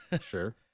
sure